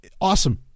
Awesome